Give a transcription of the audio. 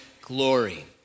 glory